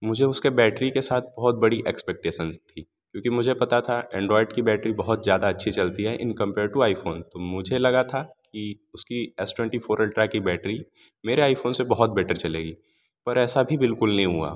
मुझे उसके बैटरी के साथ बहुत बड़ी एक्स्पेटेसन्स थी क्योंकि मुझे पता था एंड्रॉयड की बैटरी बहुत ज़्यादा अच्छी चलती है in compare to iPhone तो मुझे लगा था कि उसकी एस ट्वेंटी फ़ोर अल्ट्रा की बैटरी मेरे आई फ़ोन से बहुत बेटर चलेगी पर ऐसा भी भी बिल्कुल नहीं हुआ